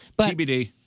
TBD